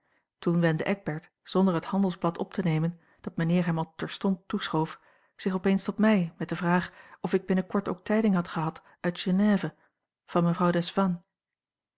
toen wendde eckbert zonder het handelsblad op te nemen dat mijnheer hem al terstond toeschoof zich opeens tot mij met de vraag of ik binnenkort ook tijding had gehad uit genève van mevrouw